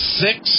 six